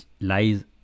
lies